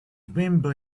wimble